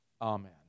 Amen